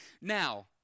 Now